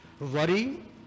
worry